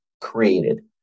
created